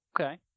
Okay